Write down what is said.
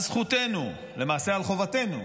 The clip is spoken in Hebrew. למעשה על חובתנו,